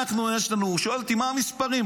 הוא שאל אותי מה המספרים.